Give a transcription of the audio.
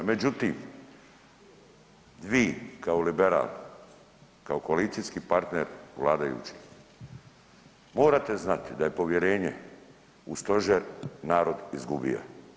Međutim, vi kao liberal kao koalicijski partner vladajućih morate znati da je povjerenje u stožer narod izgubio.